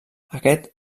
aquest